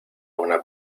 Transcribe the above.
una